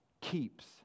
keeps